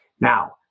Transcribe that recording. Now